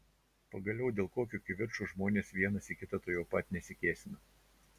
pagaliau dėl kokio kivirčo žmonės vienas į kitą tuojau pat nesikėsina